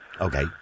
Okay